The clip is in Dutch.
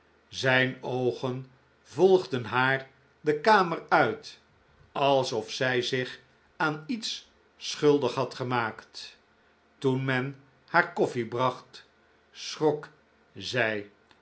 zijn oogen volgden haar de kamer uit alsof zij zich aan iets schuldig had gemaakt toen men haar koffie bracht schrok zij